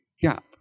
gap